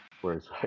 Whereas